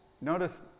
notice